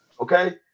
okay